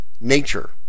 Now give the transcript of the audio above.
nature